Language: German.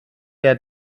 der